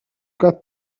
got